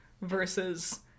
versus